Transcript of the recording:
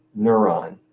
neuron